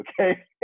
okay